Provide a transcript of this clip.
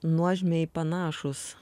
nuožmiai panašūs